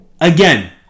Again